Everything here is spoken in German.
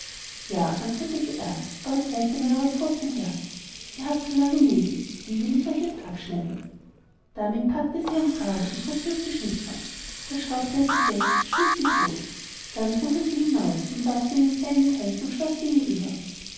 ja antwortete er aber zeigt einmal eure pfoten her ihr habt so lange nägel die will ich euch erst abschneiden damit packte er sie am kragen und hob sie auf die schnitzbank da schraubte er sie fest und schmiß sie todt dann trug er sie hinaus und warf sie in einen kleinen teich dem schloß gegenüber